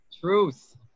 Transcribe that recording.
truth